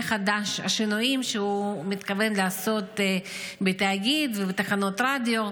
חדש של השינויים שהוא מתכוון לעשות בתאגיד ובתחנות הרדיו.